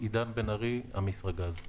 אני מאמישראגז.